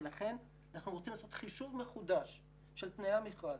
ולכן אנחנו רוצים לעשות חישוב מחודש של תנאי המכרז.